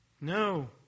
No